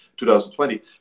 2020